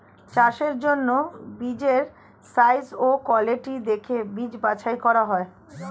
চাষের জন্য বীজের সাইজ ও কোয়ালিটি দেখে বীজ বাছাই করা হয়